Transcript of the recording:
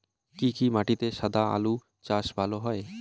কি কি মাটিতে সাদা আলু চাষ ভালো হয়?